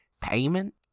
payment